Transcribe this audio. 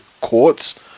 quartz